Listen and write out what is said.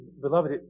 Beloved